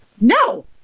no